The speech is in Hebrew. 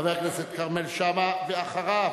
חבר הכנסת כרמל שאמה, ואחריו,